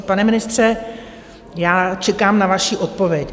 Pane ministře, já čekám na vaši odpověď.